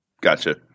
gotcha